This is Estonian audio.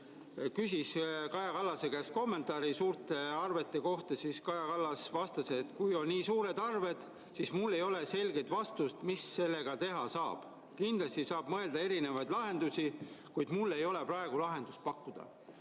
küsis Kaja Kallase käest kommentaari suurte arvete kohta, siis Kaja Kallas vastas, et kui on nii suured arved, siis tal ei ole selget vastust, mis sellega teha saab, ja et kindlasti saab mõelda erinevaid lahendusi, kuid tal ei ole praegu lahendust pakkuda.